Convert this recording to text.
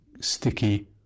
sticky